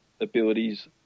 abilities